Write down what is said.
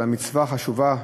על המצווה החשובה,